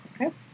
okay